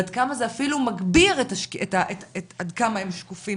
ועד כמה זה אפילו מגביר עד כמה הם שקופים,